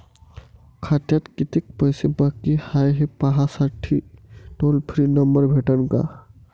खात्यात कितीकं पैसे बाकी हाय, हे पाहासाठी टोल फ्री नंबर भेटन का?